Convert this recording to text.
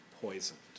poisoned